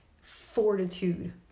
fortitude